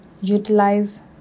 Utilize